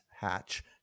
hatch